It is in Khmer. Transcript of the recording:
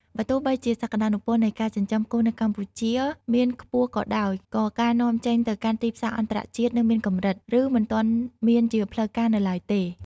បើទោះបីជាសក្តានុពលនៃការចិញ្ចឹមគោនៅកម្ពុជាមានខ្ពស់ក៏ដោយ ក៏ការនាំចេញទៅកាន់ទីផ្សារអន្តរជាតិនៅមានកម្រិត ឬមិនទាន់មានជាផ្លូវការនៅឡើយទេ។